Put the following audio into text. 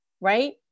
right